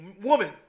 woman